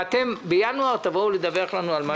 אתם בינואר תבואו לדווח לנו על מה שנעשה בעניין הזה.